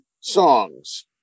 songs